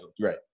right